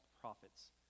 prophets